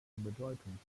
bedeutung